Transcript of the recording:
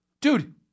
dude